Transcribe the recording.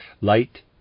light